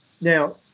now